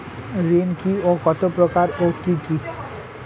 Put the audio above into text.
ঋণ কি ও কত প্রকার ও কি কি?